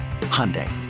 Hyundai